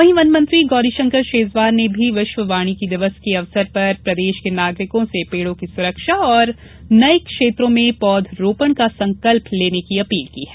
वहीं वनमंत्री गौरीशंकर शेजवार ने भी विश्व वानिकी दिवस के अवसर पर प्रदेश के नागरिकों से पेड़ों की सुरक्षा और नये क्षेत्रों में पौध रोपण का संकल्प लेने की अपील की है